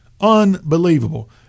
Unbelievable